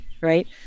right